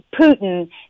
Putin